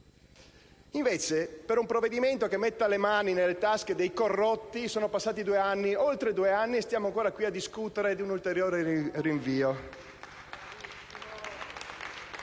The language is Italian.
Invece, per un provvedimento che metta le mani nelle tasche dei corrotti sono passati oltre due anni e siamo ancora qui a discutere di un ulteriore rinvio.